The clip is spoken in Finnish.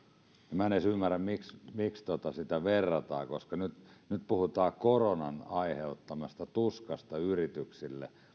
minä en edes ymmärrä miksi sitä verrataan koska nyt nyt puhutaan koronan aiheuttamasta tuskasta yrityksille